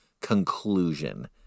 conclusion